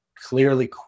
Clearly